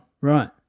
right